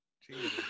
Jesus